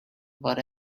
what